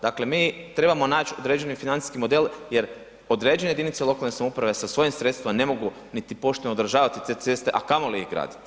Dakle, mi trebamo naći određeni financijski model jer određene jedinice lokalne samouprave sa svojim sredstvima ne mogu niti pošteno održavati te ceste, a kamoli ih graditi.